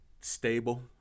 stable